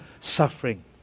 suffering